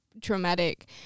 traumatic